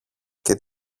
και